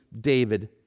David